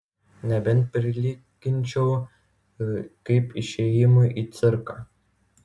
nebent prilyginčiau kaip išėjimui į cirką